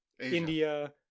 India